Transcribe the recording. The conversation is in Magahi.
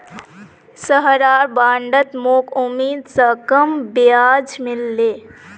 सहारार बॉन्डत मोक उम्मीद स कम ब्याज मिल ले